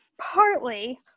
Partly